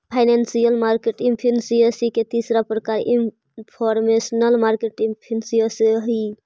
financial market efficiency के तीसरा प्रकार इनफॉरमेशनल मार्केट एफिशिएंसी हइ